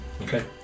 Okay